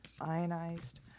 ionized